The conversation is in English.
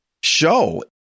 show